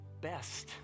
best